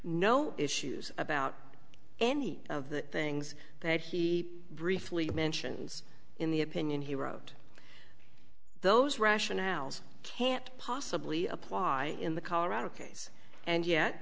no issues about any of the things that he briefly mentions in the opinion he wrote those rationales can't possibly apply in the colorado case and yet